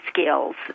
skills